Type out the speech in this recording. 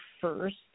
first